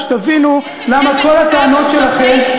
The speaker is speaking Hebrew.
שתבינו למה כל הטענות שלכם,